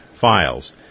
files